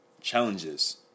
challenges